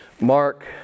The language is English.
Mark